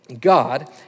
God